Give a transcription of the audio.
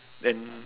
then